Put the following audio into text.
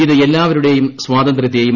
ഇത് എല്ലാവരുടെയും സ്വാതന്ത്യെയും